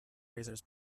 razors